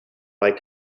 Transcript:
like